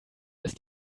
ist